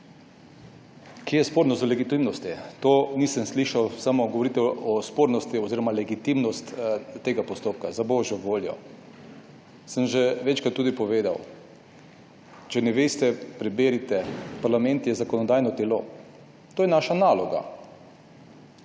Kje je spornost legitimnosti? Tega nisem slišal. Govorite samo o legitimnosti tega postopka. Za božjo voljo! Večkrat sem že tudi povedal, če ne veste, preberite, parlament je zakonodajno telo. To je naša naloga.